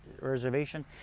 Reservation